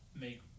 make